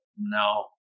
no